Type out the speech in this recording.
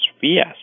VS